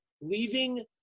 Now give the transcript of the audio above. leaving